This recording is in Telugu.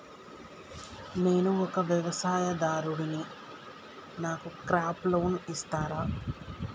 నేను ఒక వ్యవసాయదారుడిని నాకు క్రాప్ లోన్ ఇస్తారా?